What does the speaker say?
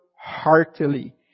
heartily